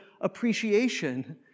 appreciation